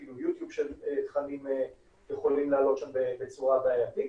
אפילו יו-טיוב שתכנים יכולים לעלות שם בצורה בעייתית.